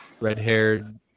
red-haired